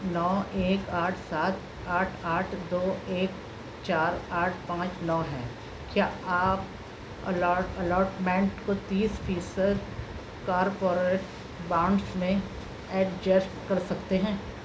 نو ایک آٹھ سات آٹھ آٹھ دو ایک چار آٹھ پانچ نو ہے کیا آپ الاٹ الاٹمنٹ کو تیس فیصد کارپورے بانڈز میں ایڈجسٹ کر سکتے ہیں